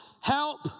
help